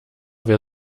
wer